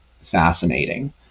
fascinating